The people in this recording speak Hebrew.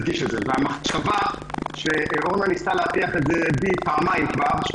אורנה ניסתה להטיח בי פעמיים כבר את הרעיון